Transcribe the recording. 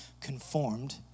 conformed